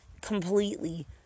completely